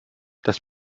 das